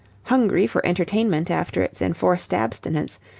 hungry for entertainment after its enforced abstinence,